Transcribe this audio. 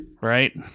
Right